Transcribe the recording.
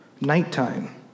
Nighttime